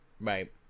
Right